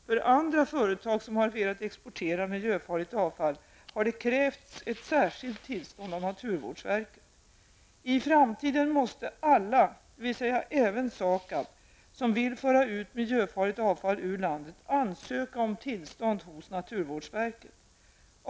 För andra företag som har velat exportera miljöfarligt avfall har det krävts ett särskilt tillstånd av naturvårdsverket. I framtiden måste alla, dvs. även SAKAB, som vill föra ut miljöfarligt avfall ur landet ansöka om tillstånd hos naturvårdsverket.